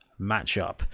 matchup